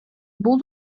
бул